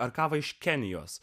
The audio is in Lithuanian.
ar kavą iš kenijos